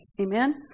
amen